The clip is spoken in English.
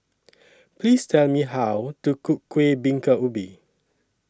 Please Tell Me How to Cook Kueh Bingka Ubi